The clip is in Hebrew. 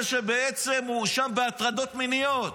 זה שבעצם הואשם בהטרדות מיניות,